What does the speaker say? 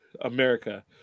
America